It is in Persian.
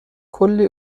کلی